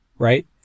Right